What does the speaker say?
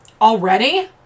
Already